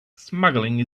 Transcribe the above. smuggling